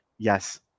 Yes